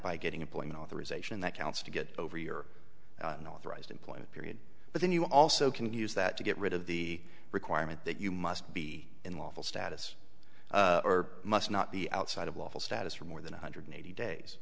by getting employment authorization that counts to get over your authorized employment period but then you also can use that to get rid of the requirement that you must be in lawful status or must not be outside of lawful status for more than one hundred eighty days